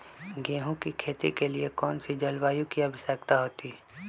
गेंहू की खेती के लिए कौन सी जलवायु की आवश्यकता होती है?